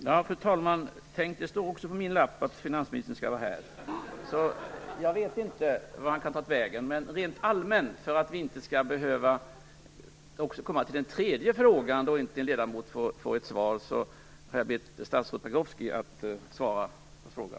Fru talman! Tänk, det står också på min lapp att finansministern skall vara här! Jag vet inte var han kan ha tagit vägen. Men för att vi inte skall behöva komma till den tredje frågan där en ledamot inte får ett svar har jag bett statsrådet Pagrotsky att svara på frågan.